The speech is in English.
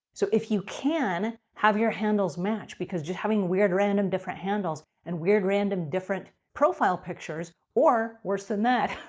so if you can have your handles match because just having weird, random, different handles and weird, random, different profile pictures or worse than that